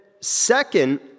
second